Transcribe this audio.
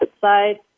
side